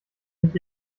nicht